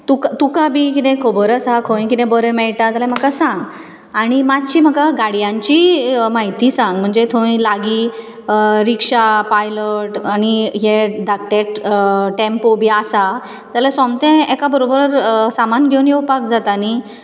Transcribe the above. तुका तुका बी कितें खबर आसा खंय कितें बरें मेळटा जाल्यार म्हाका सांग आनी मातशी म्हाका गाडयांची म्हायती सांग म्हणजे थंय लागीं रिक्षा पायलट आनी हे धाकटे टेम्पो बी आसा जाल्या सोमतें एका बरोबर सामान घेवन येवपाक जाता न्ही